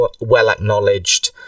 well-acknowledged